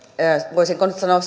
voisiko sanoa